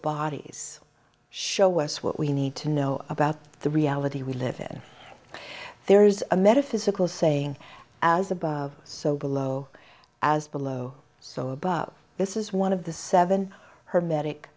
bodies show us what we need to know about the reality we live in there's a metaphysical saying as about so below as below so about this is one of the seven hermetic